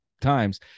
times